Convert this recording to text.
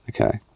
Okay